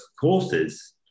courses